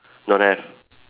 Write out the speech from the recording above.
don't have